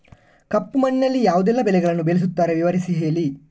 ಕಪ್ಪು ಮಣ್ಣಿನಲ್ಲಿ ಯಾವುದೆಲ್ಲ ಬೆಳೆಗಳನ್ನು ಬೆಳೆಸುತ್ತಾರೆ ವಿವರಿಸಿ ಹೇಳಿ